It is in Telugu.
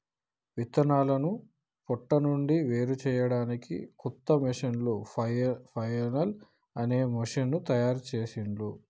విత్తనాలను పొట్టు నుండి వేరుచేయడానికి కొత్త మెషీను ఫ్లఐల్ అనే మెషీను తయారుచేసిండ్లు